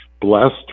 blessed